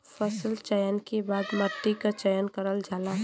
फसल चयन के बाद मट्टी क चयन करल जाला